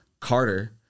Carter